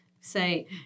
say